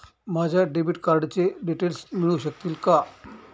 माझ्या डेबिट कार्डचे डिटेल्स मिळू शकतील का?